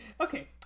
Okay